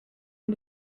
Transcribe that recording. man